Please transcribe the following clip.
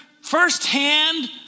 firsthand